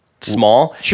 small